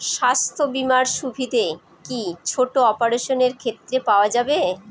স্বাস্থ্য বীমার সুবিধে কি ছোট অপারেশনের ক্ষেত্রে পাওয়া যাবে?